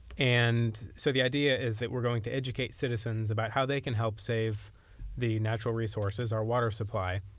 and so the idea is that we're going to educate citizens about how they can help save the natural resources, our water supply.